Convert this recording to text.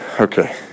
Okay